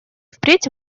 впредь